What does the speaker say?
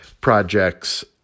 projects